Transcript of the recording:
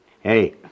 Hey